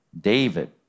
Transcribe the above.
David